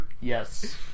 Yes